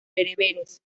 bereberes